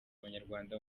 abanyarwanda